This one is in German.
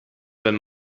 wenn